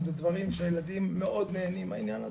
ודברים שהילדים מאוד נהנים מהעניין הזה,